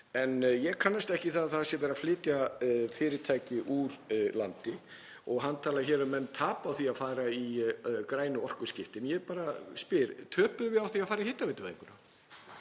En ég kannast ekki við að það sé verið að flytja fyrirtæki úr landi. Hann talaði hér um að menn tapi á því að fara í grænu orkuskiptin. Ég bara spyr: Töpuðum við á því að fara í hitaveituvæðinguna?